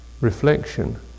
reflection